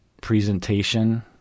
presentation